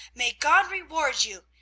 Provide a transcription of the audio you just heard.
may god reward you!